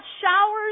showers